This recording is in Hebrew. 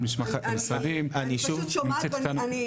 אני פשוט שומעת ואני בהלם.